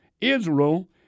Israel